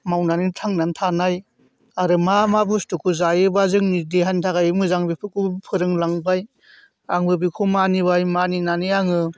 मावनानै थांनानै थानाय आरो मा मा बुस्थुखौ जायोब्ला जोंनि देहानि थाखाय मोजां बेफोरखौबो फोरों लांबाय आंबो बेखौ मानिबाय मानिनानै आङो